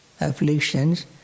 afflictions